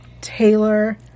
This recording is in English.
Taylor